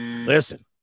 listen